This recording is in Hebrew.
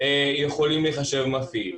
יכולים להיחשב מפעיל.